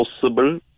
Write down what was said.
possible